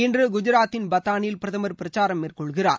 இன்று குஜராத்தின் பத்தானில் பிரதமர் பிரச்சாரம் மேற்கொள்கிறார்